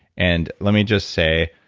and let me just say,